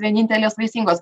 vienintelės vaisingos